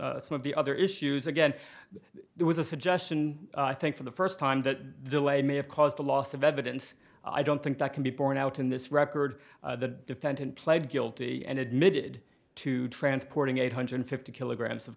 on some of the other issues again there was a suggestion i think for the first time that the delay may have caused the loss of evidence i don't think that can be borne out in this record the defendant pled guilty and admitted to transporting eight hundred fifty kilograms of